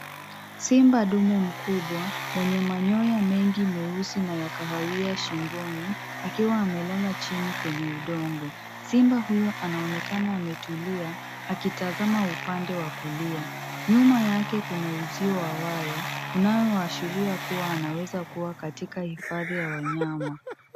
Simba dume mkubwa mwenye manyoya mengi meusi na kahawia shingoni, akiwa amelala chini kwenye udongo. Simba huyo anaonekana ametulia akitazama upande wa kulia. Nyuma yake, kuna uzio wa waya, unaosharia kuwa anaweza kuwa katika hifadhi ya wanyama.